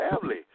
family